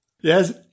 Yes